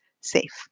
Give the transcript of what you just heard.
safe